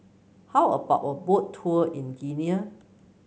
how about a Boat Tour in Guinea